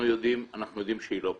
אנחנו יודעים שזה לא פרקטי.